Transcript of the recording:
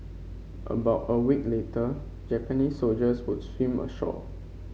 about a week later Japanese soldiers would swim ashore